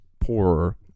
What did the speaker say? poorer